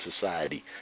society